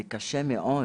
זה קשה מאוד,